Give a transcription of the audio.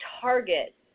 target